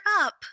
up